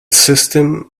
system